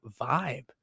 vibe